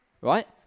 Right